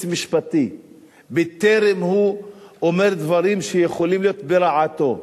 משפטי בטרם הוא אומר דברים שיכולים להיות לרעתו,